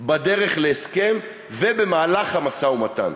בדרך להסכם ובמהלך המשא-ומתן,